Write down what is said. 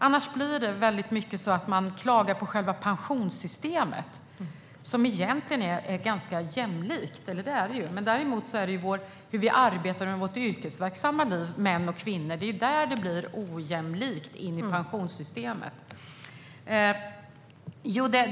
Annars blir det så att man klagar mycket på själva pensionssystemet, som egentligen är jämlikt. Det är när det gäller hur vi arbetar under vårt yrkesverksamma liv, män och kvinnor, som det blir ojämlikt. Och det följer med in i pensionssystemet.